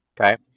Okay